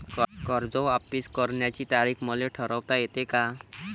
कर्ज वापिस करण्याची तारीख मले ठरवता येते का?